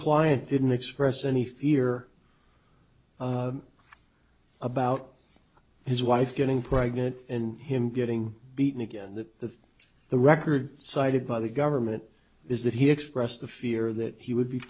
client didn't express any fear about his wife getting pregnant and him getting beaten again that the record cited by the government is that he expressed the fear that he would be